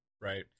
right